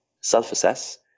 self-assess